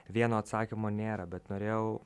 vieno atsakymo nėra bet norėjau